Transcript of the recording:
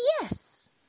yes